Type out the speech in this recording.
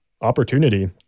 opportunity